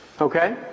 Okay